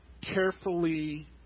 carefully